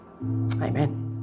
Amen